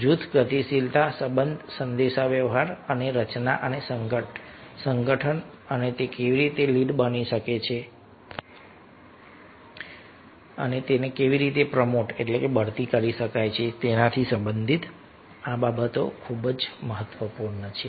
જૂથ ગતિશીલતા સંબંધ સંદેશાવ્યવહાર અને રચના અને સંગઠન અને તે કેવી રીતે લીડ બની શકે છે અને તેને કેવી રીતે પ્રમોટબઢતી કરી શકાય છે તેનાથી સંબંધિત આ બાબતો ખૂબ જ મહત્વપૂર્ણ છે